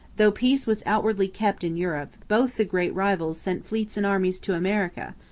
though peace was outwardly kept in europe, both the great rivals sent fleets and armies to america,